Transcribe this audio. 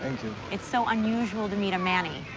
it's so unusual to meet a manny.